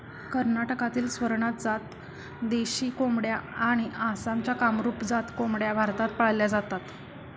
कर्नाटकातील स्वरनाथ जात देशी कोंबड्या आणि आसामच्या कामरूप जात कोंबड्या भारतात पाळल्या जातात